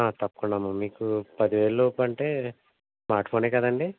తప్పకుండా అమ్మ మీకు పదివేలు లోపు అంటే స్మార్ట్ ఫోనే కదండి